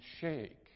shake